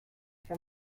from